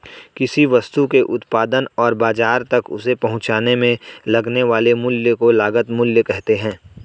किसी वस्तु के उत्पादन और बाजार तक उसे पहुंचाने में लगने वाले मूल्य को लागत मूल्य कहते हैं